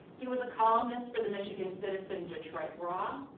he was a columnist for the michigan citizen detroit raw.